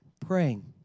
Praying